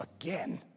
again